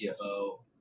CFO